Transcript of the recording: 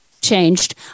Changed